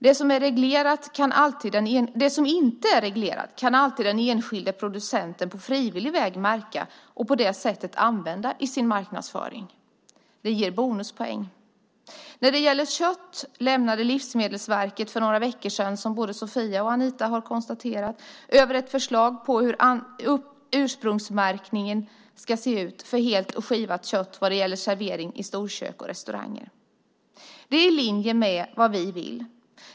Det som inte är reglerat kan alltid den enskilde producenten på frivillig väg märka och på det sättet använda i sin marknadsföring. Det ger bonuspoäng. När det gäller kött lämnade Livsmedelsverket för några veckor sedan, som både Sofia och Anita har konstaterat, över ett förslag på hur ursprungsmärkningen ska se ut för helt och skivat kött vad gäller servering i storkök och restauranger. Det är i linje med vad vi vill.